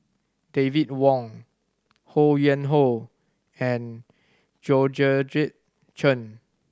David Wong Ho Yuen Hoe and Georgette Chen